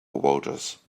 voters